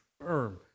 firm